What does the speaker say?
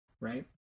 Right